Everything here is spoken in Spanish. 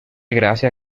gracia